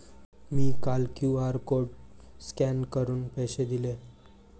मी काल QR code scan करून पैसे दिले